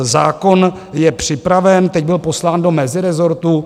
Zákon je připraven, teď byl poslán do mezirezortu.